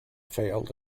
failed